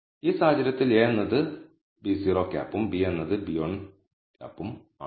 ഈ സാഹചര്യത്തിൽ a എന്നത് β̂₀ ഉം b എന്നത് β̂1 ഉം ആണ്